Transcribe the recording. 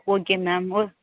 okay ma'am O